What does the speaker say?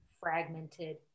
fragmented